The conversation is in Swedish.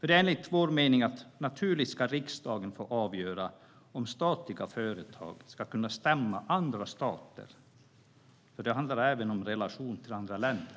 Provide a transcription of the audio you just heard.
Det är enligt vår mening naturligt att riksdagen ska få avgöra om statliga företag ska kunna stämma andra stater, för det handlar även om relationer till andra länder.